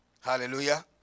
Hallelujah